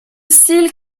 style